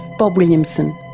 bob williamson.